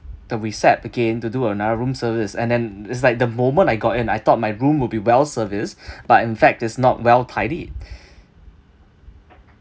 the recept again to do another room service and then it's like the moment I got in I thought my room will be well service but in fact is not well tidied